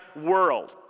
world